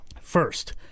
First